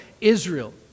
Israel